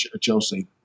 Chelsea